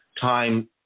time